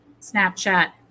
Snapchat